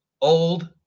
Old